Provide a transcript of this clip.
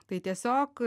tai tiesiog